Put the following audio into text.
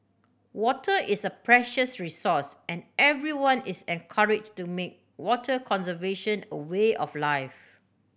water is a precious resource and everyone is encouraged to make water conservation a way of life